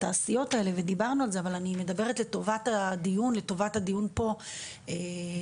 דיברנו על זה אבל אני מדברת לטובת הדיון פה בכנסת,